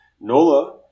nola